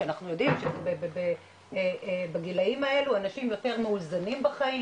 שאנחנו יודעים שבגילאים האלה אנשים יותר מאוזנים בחיים,